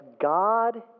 God